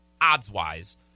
odds-wise